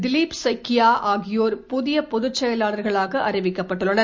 திலிப் சைக்கியா ஆகியோர் புதிய பொதுச்செயலாளர்களாக அறிவிக்கப்பட்டுள்ளனர்